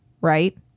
right